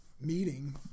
meeting